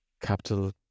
capital